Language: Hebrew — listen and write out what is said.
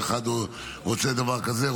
ואחד רוצה דבר כזה,